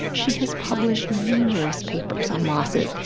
she has published numerous papers on mosses,